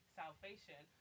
salvation